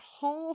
half